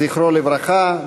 זכרו לברכה,